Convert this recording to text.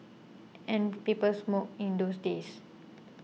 and people smoked in those days